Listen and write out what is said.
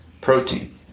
protein